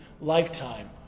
lifetime